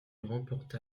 remporta